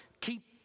keep